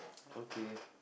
okay